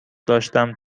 داشتم